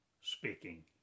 speaking